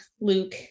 Luke